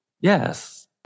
Yes